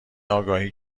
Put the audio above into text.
آگاهی